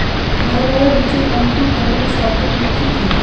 ভালোভাবে বীজের অঙ্কুর ভবনের শর্ত গুলি কি কি?